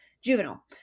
juvenile